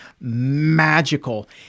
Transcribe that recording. magical